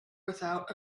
without